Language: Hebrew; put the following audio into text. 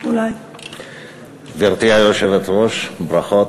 גברתי היושבת-ראש, ברכות.